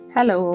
Hello